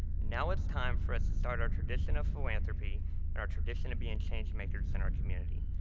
now it's time for us to start our tradition of philanthropy and our tradition of being change makers in our community.